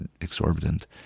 exorbitant